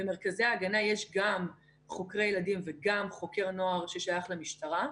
במרכזי ההגנה יש גם חוקרי ילדים וגם חוקר נוער ששייך למשטרה.